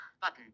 button